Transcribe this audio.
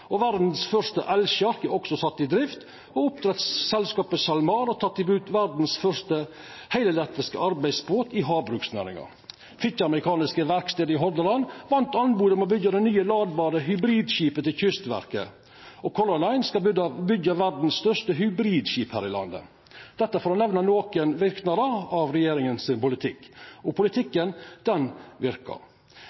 Hordaland. Verdas første elsjark er òg sett i drift, og oppdrettsselskapet Salmar har teke i bruk verdas første heilelektriske arbeidsbåt i havbruksnæringa. Fitjar Mekaniske Verksted i Hordaland vann anbodet om å byggja det nye ladbare hybridskipet til Kystverket. Color Line skal byggja verdas største hybridskip her i landet – dette for å nemna nokre verknader av regjeringa sin politikk. Og